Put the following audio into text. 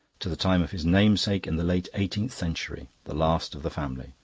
to the time of his namesake in the late eighteenth century, the last of the family,